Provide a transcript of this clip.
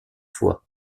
fois